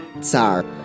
tsar